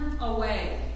away